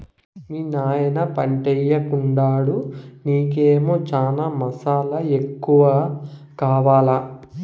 మీ నాయన పంటయ్యెకుండాడు నీకేమో చనా మసాలా ఎక్కువ కావాలా